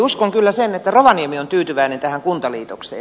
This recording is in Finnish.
uskon kyllä sen että rovaniemi on tyytyväinen tähän kuntaliitokseen